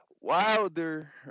Wilder